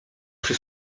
przy